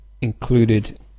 included